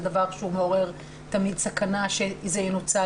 זה דבר שתמיד מעורר סכנה שזה ינוצל